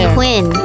Quinn